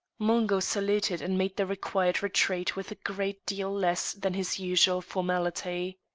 mungo saluted and made the required retreat with a great deal less than his usual formality.